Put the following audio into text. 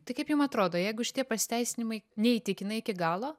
tai kaip jum atrodo jeigu šitie pasiteisinimai neįtikina iki galo